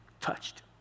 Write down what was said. touched